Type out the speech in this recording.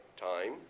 Time